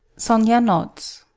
sonia nods.